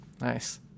Nice